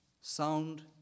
Sound